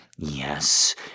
Yes